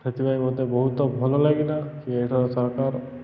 ସେଥିପାଇଁ ମୋତେ ବହୁତ ଭଲ ଲାଗିଲା କି ଏଠାରେ ସରକାର